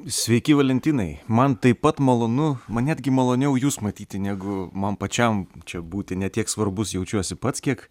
sveiki valentinai man taip pat malonu man netgi maloniau jus matyti negu man pačiam čia būti ne tiek svarbus jaučiuosi pats kiek